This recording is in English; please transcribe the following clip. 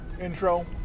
Intro